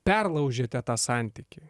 perlaužiate tą santykį